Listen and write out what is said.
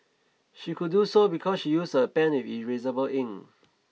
she could do so because she used a pen with erasable ink